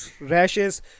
rashes